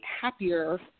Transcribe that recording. happier